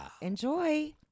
Enjoy